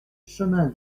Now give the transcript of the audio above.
chemin